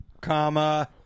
Comma